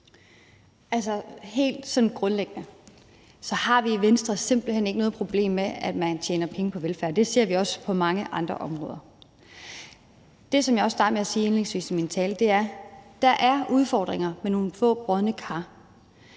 sådan grundlæggende har vi i Venstre simpelt hen ikke noget problem med, at man tjener penge på velfærd. Det ser vi også på mange andre områder. Det, som jeg også startede med at sige i min tale, var, at der er udfordringer med nogle få brodne kar.